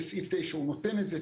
וסעיף 9 נותן את זה.